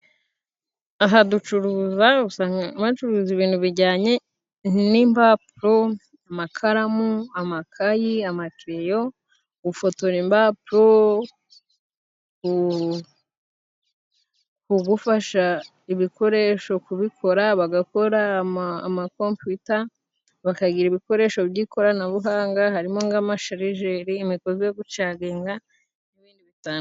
Aha ducuruza usanga bacuruza ibintu bijyanye n'impapuro, amakaramu, amakayi amakereyo, gufotora impapuro ku... kugufasha ibikoresho kubikora bagakora amakompiyuta bakagira ibikoresho by'ikoranabuhanga harimo nk'amasharijeri, imigozi yo gucaginga n'ibindi bitand...